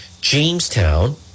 Jamestown